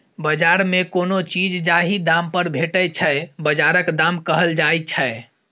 बजार मे कोनो चीज जाहि दाम पर भेटै छै बजारक दाम कहल जाइ छै